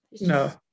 No